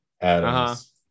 Adams